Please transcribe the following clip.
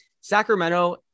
Sacramento